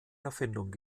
erfindung